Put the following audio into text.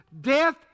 Death